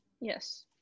Yes